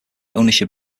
ownership